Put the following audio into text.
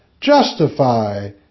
justify